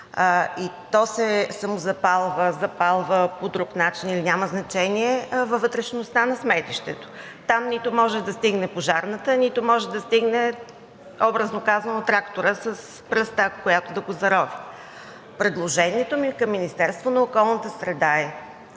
и то се самозапалва, запалва по друг начин, няма значение, във вътрешността на сметището. Там нито може да стигне пожарната, нито може да стигне, образно казано, тракторът, с пръстта, с която да го зарови. Предложението ми към Министерството на околната среда е